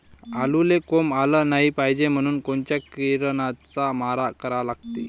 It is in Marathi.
आलूले कोंब आलं नाई पायजे म्हनून कोनच्या किरनाचा मारा करा लागते?